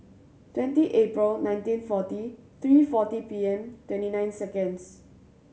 twenty April nineteen forty three forty P M twenty nine seconds